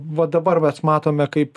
va dabar vat matome kaip